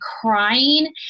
crying